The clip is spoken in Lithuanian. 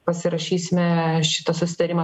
pasirašysime šitą susitarimą